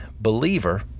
believer